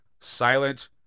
silent